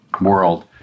world